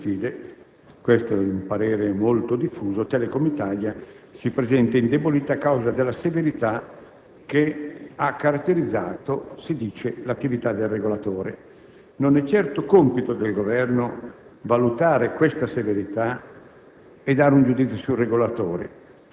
Di fronte a queste sfide - questo è un parere molto diffuso - Telecom Italia si presenta indebolita a causa della severità che ha caratterizzato - si dice - l'attività del regolatore. Non è certo compito del Governo valutare questa severità